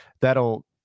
that'll